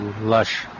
lush